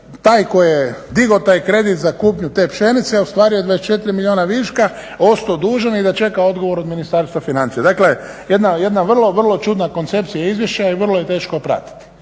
taj tko je digao taj kredit za kupnju te pšenice ostvario 24 milijuna viška ostao dužan i da čeka odgovor od Ministarstva financija. Dakle jedna vrlo, vrlo čudna koncepcija izvješća i vrlo je teško pratiti.